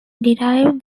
derive